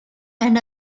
and